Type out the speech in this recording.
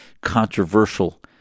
controversial